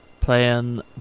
playing